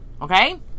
Okay